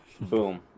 boom